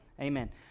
Amen